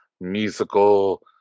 musical